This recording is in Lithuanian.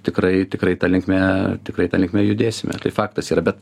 tikrai tikrai ta linkme tikrai ta linkme judėsime tai faktas yra bet